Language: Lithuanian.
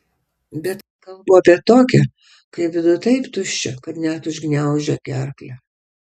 bet kalbu apie tokią kai viduj taip tuščia kad net užgniaužia gerklę